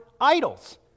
idols